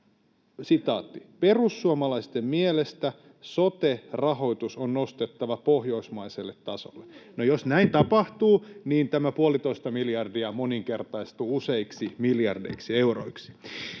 ”Perussuomalaisten mielestä sote-rahoitus on nostettava pohjoismaiselle tasolle.” [Veronika Honkasalo: Juuri näin!] No, jos näin tapahtuu, niin tämä 1,5 miljardia moninkertaistuu useiksi miljardeiksi euroksi.